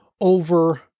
over